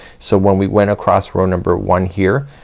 so when we went across row number one here